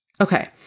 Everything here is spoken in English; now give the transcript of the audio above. Okay